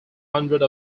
hundreds